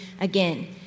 again